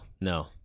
no